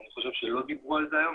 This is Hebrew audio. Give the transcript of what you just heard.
אני חושב שלא דיברו על זה היום,